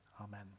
amen